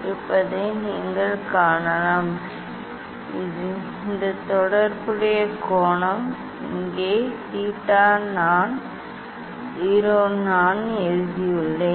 இருப்பதை நீங்கள் காணலாம் இந்த தொடர்புடைய கோணம் இங்கே தீட்டா நான் 0 நான் எழுதியுள்ளேன்